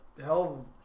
hell